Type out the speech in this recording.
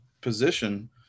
position